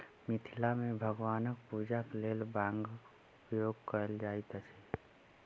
मिथिला मे भगवानक पूजाक लेल बांगक उपयोग कयल जाइत अछि